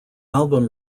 album